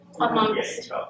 Amongst